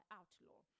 outlaw